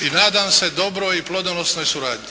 I nadam se dobroj i plodonosnoj suradnji.